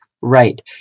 right